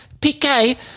PK